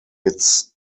its